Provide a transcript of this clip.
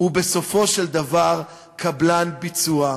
הוא בסופו של דבר קבלן ביצוע מאוים,